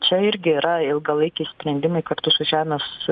čia irgi yra ilgalaikiai sprendimai kartu su žemės